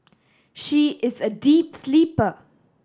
she is a deep sleeper